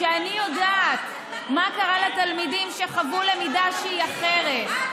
כשאני יודעת מה קרה לתלמידים שחוו למידה שהיא אחרת.